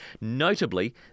notably